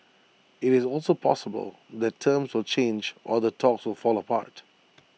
it's also possible that terms will change or the talks will fall apart